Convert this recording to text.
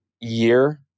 year